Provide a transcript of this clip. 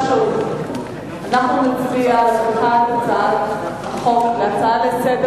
אנחנו נצביע על הפיכת הצעת החוק להצעה לסדר